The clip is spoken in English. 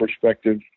perspective